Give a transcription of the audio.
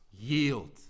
yield